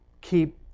keep